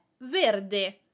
verde